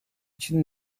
için